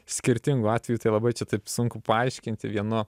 skirtingų atvejų tai labai čia taip sunku paaiškinti vienu